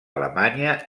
alemanya